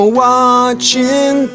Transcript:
watching